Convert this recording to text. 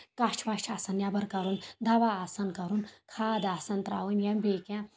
کَچھ وچھ آسان نیبر کرُن دوا آسان کرُن کھاد آسان تراوٕنۍ یا بیٚیہِ کیٚنٛہہ